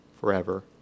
forever